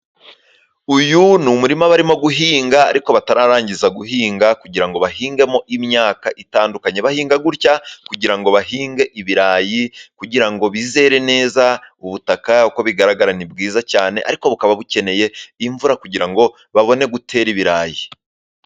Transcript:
Uyu ni umurima barimo guhinga, ariko batararangiza guhinga, kugira ngo bahingemo imyaka itandukanye, bahinga gutya kugirango bahinge ibirayi, kugira ngo bizere neza ubutaka, uko bigaragara ni bwiza cyane, ariko bukaba bukeneye imvura kugira ngo babone gutera ibirayi.